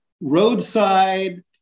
roadside